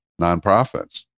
nonprofits